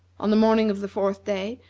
on the morning of the fourth day,